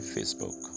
Facebook